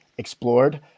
explored